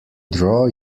draw